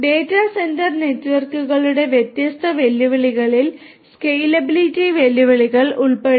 data centre നെറ്റ്വർക്കുകളുടെ വ്യത്യസ്ത വെല്ലുവിളികളിൽ സ്കേലബിളിറ്റി വെല്ലുവിളികൾ ഉൾപ്പെടുന്നു